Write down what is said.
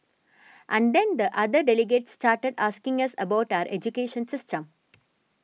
and then the other delegates started asking us about our education system